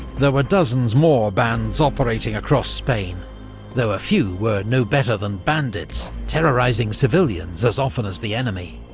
there were dozens more bands operating across spain though a few were no better than bandits, terrorising civilians as often as the enemy.